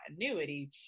continuity